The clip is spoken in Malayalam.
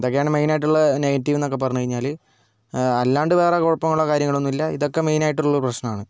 അതൊക്കെയാണ് മെയിൻ ആയിട്ടുള്ള നെഗറ്റീവ് എന്നൊക്കേ പറഞ്ഞുകഴിഞ്ഞാൽ അല്ലാണ്ട് വേറെ കുഴപ്പങ്ങളോ കാര്യങ്ങളോ ഒന്നുമില്ല ഇതൊക്കെ മെയിൻ ആയിട്ടുള്ള ഒരു പ്രശ്നമാണ്